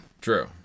True